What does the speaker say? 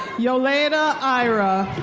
yoleda ira.